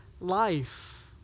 life